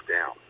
down